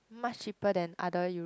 much cheaper than other eu~